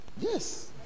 Yes